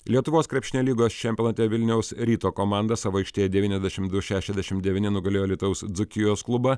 lietuvos krepšinio lygos čempionate vilniaus ryto komanda savo aikštėje devyniasdešim du šešiasdešimt devyni nugalėjo alytaus dzūkijos klubą